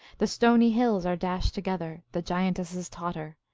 the stony hills are dashed together, the giantesses totter.